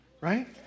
Right